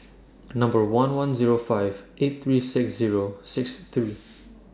Number one one Zero five eight three six Zero six three